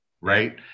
right